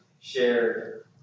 shared